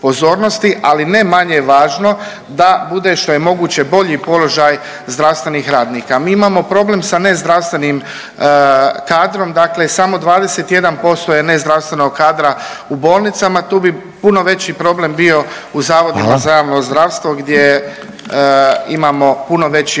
ali ne manje važno da bude što je moguće bolji položaj zdravstvenih radnika. Mi imamo problem sa nezdravstvenim kadrom, dakle samo 21% je nezdravstvenog kadra u bolnicama, tu bi puno veći problem bio u zavodima za javno zdravstvo .../Upadica: